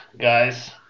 guys